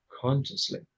consciously